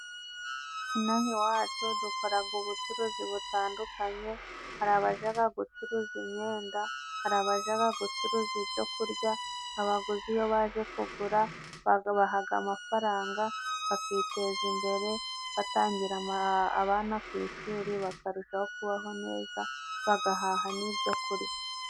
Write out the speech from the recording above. Inaha iwacu dukoraga ubucuruzi butandukanye, hari abajaga gucuruza imyenda, hari abaja bagucuruza ibyoku kurya, abaguzi iyo baje kugura babahaga amafaranga, bakiteza imbere batangira abana ku ishuri bakarushaho kubaho neza, bagahaha n'ibyokurya.